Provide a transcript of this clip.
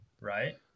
right